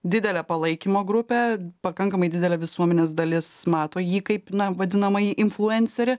didelė palaikymo grupė pakankamai didelė visuomenės dalis mato jį kaip na vadinamąjį influencerį